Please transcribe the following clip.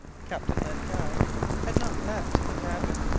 captain len guy had not left his cabin.